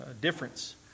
difference